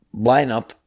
lineup